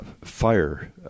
fire